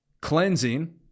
cleansing